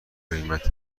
قیمت